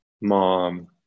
mom